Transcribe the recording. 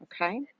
okay